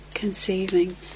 Conceiving